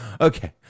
Okay